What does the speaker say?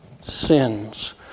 sins